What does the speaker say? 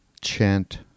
chant